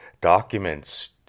documents